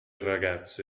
ragazze